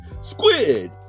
Squid